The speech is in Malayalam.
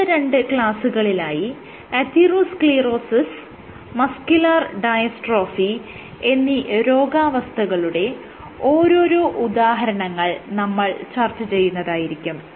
അടുത്ത രണ്ട് ക്ലാസ്സുകളിലായി അതിറോസ്ക്ളീറോസിസ് മസ്ക്യുലർ ഡയസ്ട്രോഫി എന്നീ രോഗാവസ്ഥകളുടെ ഓരോരോ ഉദാഹരണങ്ങൾ നമ്മൾ ചർച്ച ചെയ്യുന്നതായിരിക്കും